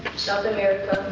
south america,